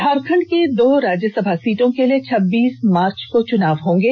झारखंड की दो राज्यसभा सीटों के लिए छब्बीस मार्च को चुनाव होंगे